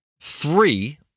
Three